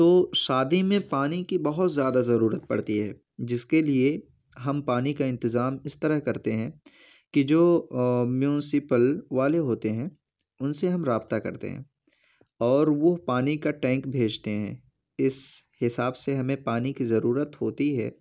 تو شادی میں پانی کی بہت زیادہ ضرورت پڑتی ہے جس کے لیے ہم پانی کا انتظام اس طرح کرتے ہیں کہ جو میونسپل والے ہوتے ہیں ان سے ہم رابطہ کرتے ہیں اور وہ پانی کا ٹینک بھیجتے ہیں اس حساب سے ہمیں پانی کی ضرورت ہوتی ہے